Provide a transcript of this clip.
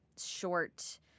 short